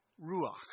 ruach